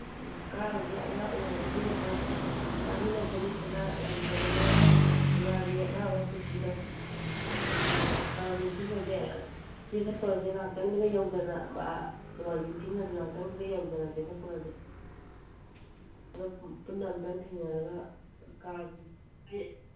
ꯎꯝ ꯀꯥꯔꯨꯁꯦ ꯑꯉꯥꯡ ꯑꯣꯏꯔꯤꯉꯩꯗꯗꯤ ꯅꯍꯥꯟꯋꯥꯏ ꯀꯥꯃꯤꯟꯅ ꯈꯣꯠꯃꯤꯟꯅꯗꯅ ꯌꯥꯝ ꯇꯧꯕꯅꯦ ꯅꯨꯡꯉꯥꯏꯕꯅꯦ ꯑꯉꯥꯡ ꯑꯣꯏꯔꯤꯉꯩ ꯄꯨꯟꯁꯤꯗꯣ ꯕꯥꯔꯨꯅꯤ ꯆꯤꯡꯒꯁꯦ ꯑꯁ ꯆꯦꯟꯈꯠꯄꯒꯁꯦ ꯉꯥꯍꯥꯇꯪꯗꯒ ꯌꯧꯗꯅ ꯕꯥ ꯅꯣꯡꯃꯥꯏꯖꯤꯡ ꯆꯤꯡꯒꯁꯦ ꯉꯥꯍꯥꯛꯇꯪꯗꯒ ꯌꯧꯗꯅ ꯆꯦꯟꯈꯠꯄꯒꯁꯦ ꯑꯗꯣ ꯄꯨꯟꯅ ꯑꯝꯇꯪ ꯊꯦꯡꯅꯔꯒ ꯀꯥꯁꯤ ꯑꯩ